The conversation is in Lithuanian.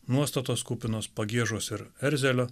nuostatos kupinos pagiežos ir erzelio